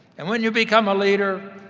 and when you become a leader,